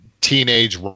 teenage